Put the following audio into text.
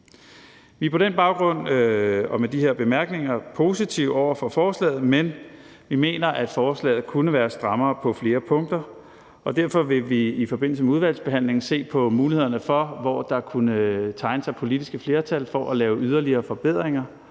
Vi er på den baggrund og med de her bemærkninger positiv over for forslaget, men vi mener, at forslaget kunne være strammere på flere punkter. Derfor vil vi i forbindelse med udvalgsbehandlingen se på mulighederne, i forhold til hvor der kunne tegne sig et politisk flertal for at lave yderligere forbedringer